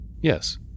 Yes